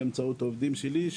באמצעות העובדים שלי,